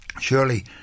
Surely